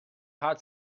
had